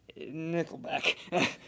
Nickelback